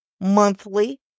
monthly